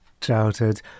childhood